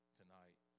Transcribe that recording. tonight